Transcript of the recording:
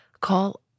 call